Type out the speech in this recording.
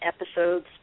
episodes